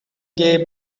gay